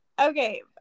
okay